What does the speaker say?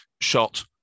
shot